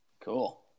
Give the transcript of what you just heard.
Cool